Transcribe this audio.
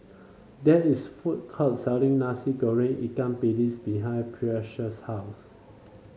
there is food court selling Nasi Goreng Ikan Bilis behind Precious' house